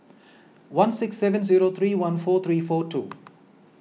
one six seven zero three one four three four two